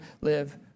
live